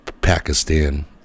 Pakistan